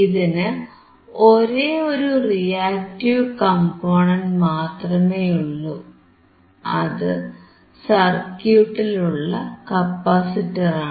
ഇതിന് ഒരേയൊരു reactive component മാത്രമേയുള്ളൂ അത് സർക്യൂട്ടിലുള്ള കപ്പാസിറ്ററാണ്